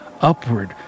upward